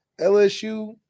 LSU